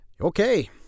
Okay